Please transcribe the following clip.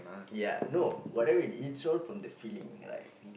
ya no whatever it is so from the feeling like